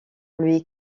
lui